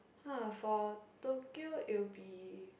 !huh! for Tokyo it'll be